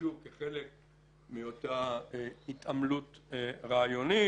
שוב כחלק מאותה התעמלות רעיונית.